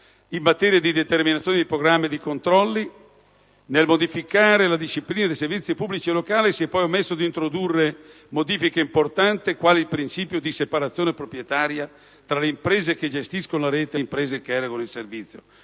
in materia di determinazione dei programmi e dei controlli. Nel modificare la disciplina dei servizi pubblici locali si è poi omesso di introdurre modifiche importanti quali il principio di separazione proprietaria tra le imprese che gestiscono la rete e le imprese che erogano il servizio.